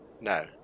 No